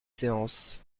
séance